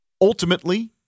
ultimately